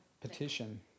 Petition